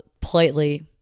politely